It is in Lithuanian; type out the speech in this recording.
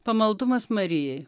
pamaldumas marijai